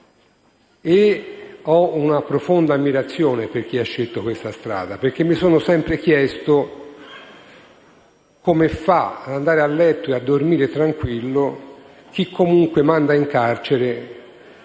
una profonda ammirazione per chi ha scelto questa strada, perché mi sono sempre chiesto come fa ad andare e a letto e a dormire tranquillo chi manda in carcere